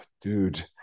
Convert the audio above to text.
dude